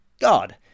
god